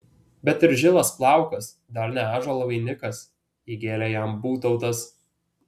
bet ir žilas plaukas dar ne ąžuolo vainikas įgėlė jam būtautas